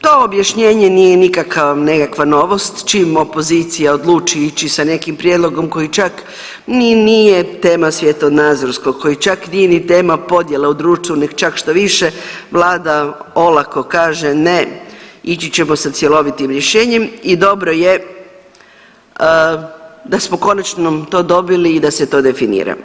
To objašnjenje nije nikakva nekakva novost, čim opozicija oduči ići sa nekim prijedlogom koji čak ni nije tema svjetonazorskog, koji čak nije ni tema podjele u društvu nego čak štoviše vlada olako kaže ne ići ćemo sa cjelovitim rješenjem i dobro je da smo konačno to dobili i da se to definira.